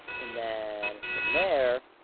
and then from there,